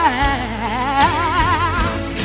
ask